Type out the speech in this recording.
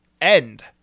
end